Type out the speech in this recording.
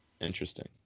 Interesting